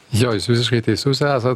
jo jūs visiškai teisus esat